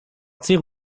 tire